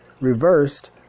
Reversed